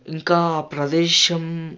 ఇంకా ఆ ప్రదేశం